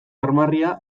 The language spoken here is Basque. armarria